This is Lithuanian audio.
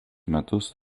metus